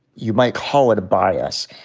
you might call it, a bias.